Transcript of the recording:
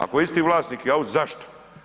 Ako je isti vlasnik zašto?